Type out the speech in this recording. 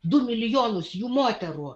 du milijonus jų moterų